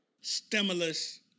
Stimulus